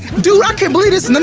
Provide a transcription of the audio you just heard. dude i can't believe this! and and